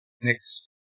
Next